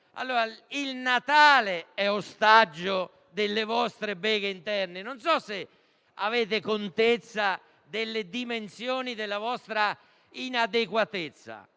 Il Natale è ostaggio delle vostre beghe interne. Non so se avete contezza delle dimensioni della vostra inadeguatezza,